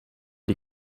die